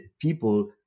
people